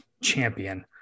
champion